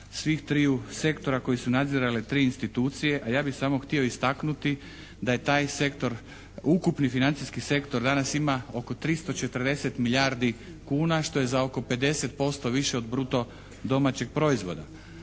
svih triju sektora koji su nadzirale tri institucije, a ja bih samo htio istaknuti da je taj sektor, ukupni financijski sektor danas ima oko 340 milijardi kuna što je za oko 50% više od bruto domaćeg proizvoda.